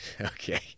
okay